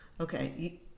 okay